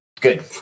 Good